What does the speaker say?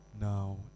now